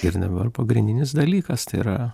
ir dabar pagrindinis dalykas tai yra